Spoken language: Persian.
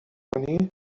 کنی